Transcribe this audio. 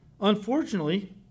Unfortunately